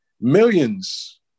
millions